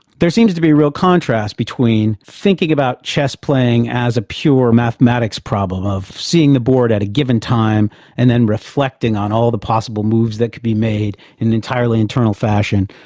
there seems to be a real contrast between thinking about chess playing as a pure mathematics problem of seeing the board at a given time and then reflecting on all the possible moves that could be made in an entirely internal fashion,